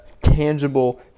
tangible